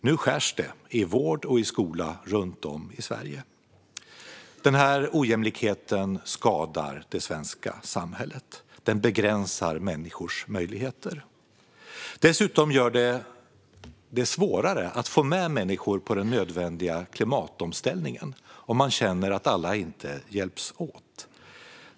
Nu skärs det i vård och skola runt om i Sverige. Denna ojämlikhet skadar det svenska samhället. Den begränsar människors möjligheter. Dessutom blir det svårare att få med människor på den nödvändiga klimatomställningen om man känner att alla inte hjälps åt.